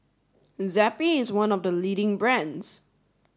Zappy is one of the leading brands